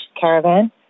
caravan